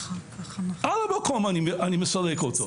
על המקום אני מסלק אותו.